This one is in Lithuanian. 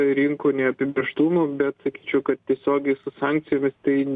rinkų neapibrėžtumu bet sakyčiau kad tiesiogiai su sankcijomis tai